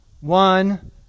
One